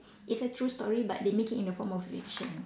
it's a true story but they make it in the form of fiction